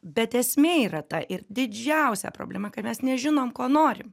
bet esmė yra ta ir didžiausia problema kad mes nežinom ko norim